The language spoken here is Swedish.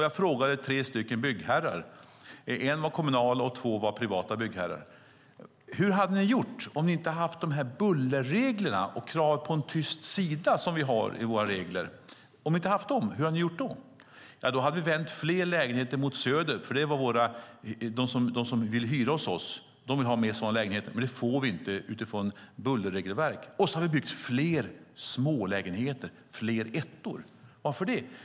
Jag frågade tre byggherrar, en kommunal och två privata: Hur hade ni gjort om ni inte hade haft bullerreglerna och kravet på en tyst sida som vi har i våra regler? De svarade: Då hade vi vänt fler lägenheter mot söder, därför att de som vill hyra hos oss vill ha mer sådana lägenheter, men det får vi inte göra utifrån bullerregelverk. Och vi hade byggt smålägenheter, fler ettor. Varför det?